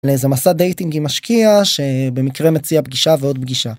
לאיזה מסע דייטינג עם משקיע שבמקרה מציע פגישה ועוד פגישה.